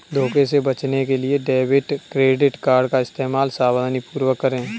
धोखे से बचने के लिए डेबिट क्रेडिट कार्ड का इस्तेमाल सावधानीपूर्वक करें